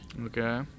Okay